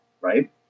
right